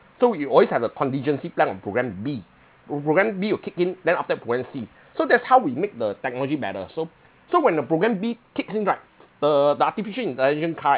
so you always have a contingency plan or programme b or programme b will kick in then after that programme c so that's how we make the technology better so so when the programme b kicks in right the the artificially intelligent car right